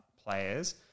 Players